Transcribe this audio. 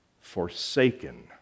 forsaken